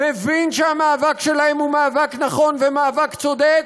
מבין שהמאבק שלהם הוא מאבק נכון ומאבק צודק,